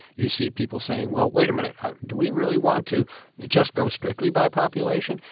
you see people saying, well, wait a minute. do we really want to just go strictly by population?